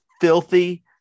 filthy